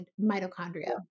mitochondria